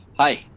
Hi